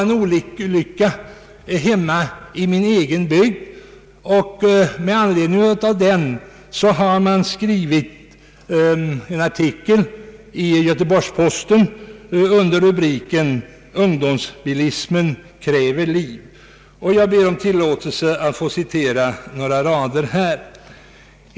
En olycka inträffade i min egen bygd, och med anledning av den skrevs en artikel i Göteborgs-Posten under rubriken ”Ungdomsbilismen kräver liv”. Jag ber om tillåtelse att här få citera några rader.